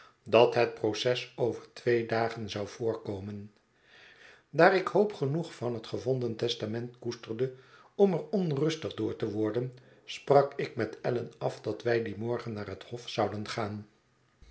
dat het proces over twee dagen zou voorkomen daar ik hoop genoeg van het gevonden testament koesterde om er onrustig door te worden sprak ik met allan af dat wij dien morgen naar het hof zouden gaan